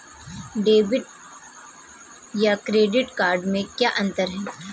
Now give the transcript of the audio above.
Debit या credit card में क्या अन्तर है?